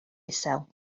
isel